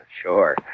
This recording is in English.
sure